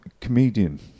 comedian